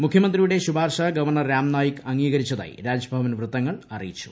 മുഖ്യമന്ത്രിയുടെ ശുപാർശ ഗവർണർ രാഹ്നായിക് അംഗീകരിച്ചതായി രാജ്ഭവൻ വൃത്തങ്ങൾ അറിയിച്ചു